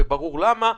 וברור למה.